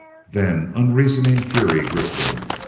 then unreasoning fury gripped him.